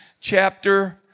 chapter